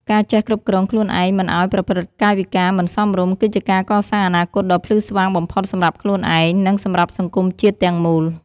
ការចេះគ្រប់គ្រងខ្លួនឯងមិនឱ្យប្រព្រឹត្តកាយវិការមិនសមរម្យគឺជាការកសាងអនាគតដ៏ភ្លឺស្វាងបំផុតសម្រាប់ខ្លួនឯង និង សម្រាប់សង្គមជាតិទាំងមូល។